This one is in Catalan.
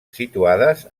situades